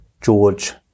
George